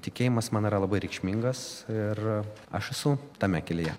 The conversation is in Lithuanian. tikėjimas man yra labai reikšmingas ir aš esu tame kelyje